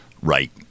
right